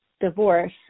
divorce